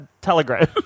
Telegram